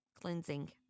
Cleansing